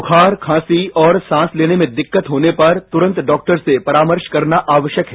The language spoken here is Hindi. दुखार खांसी और सांस लेने में दिक्कत होने पर तुरंत डॉक्टर से परामर्श करना आवश्यक है